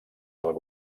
del